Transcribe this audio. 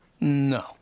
No